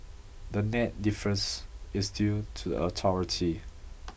the net difference is due to the authority